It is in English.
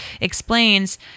explains